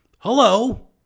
Hello